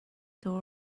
door